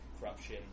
corruption